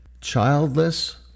childless